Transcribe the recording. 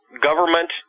government